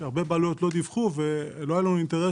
שהרבה בעלויות לא דיווחו ולא היה לנו אינטרס